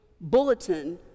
bulletin